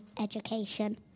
education